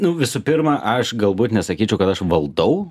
nu visų pirma aš galbūt nesakyčiau kad aš valdau